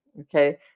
okay